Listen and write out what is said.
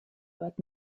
but